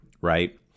right